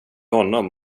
honom